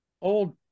old